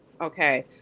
okay